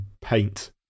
paint